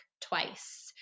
twice